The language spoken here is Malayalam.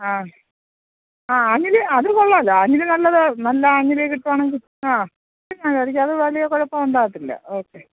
ആ ആ ആഞ്ഞിലി അത് കൊള്ളാമല്ലോ അഞ്ഞിലി നല്ലത് നല്ല ആഞ്ഞിലി കിട്ടുവാണെങ്കില് ആ പിന്നെ ശരിക്കും അതു വലിയ കുഴപ്പമുണ്ടാകത്തില്ല ഓക്കെ